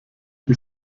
die